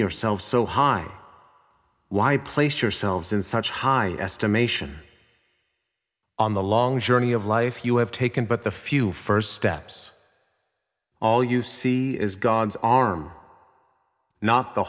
yourselves so high why a place yourselves in such high estimation on the long journey of life you have taken but the few first steps all you see is god's arm no